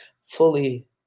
fully